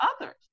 others